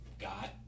got